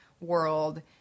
world